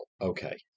Okay